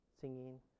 singing